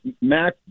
Mac